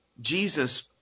Jesus